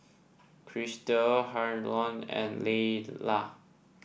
Chrystal Harlon and Layla